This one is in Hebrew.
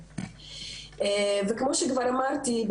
כמו שכבר אמרתי,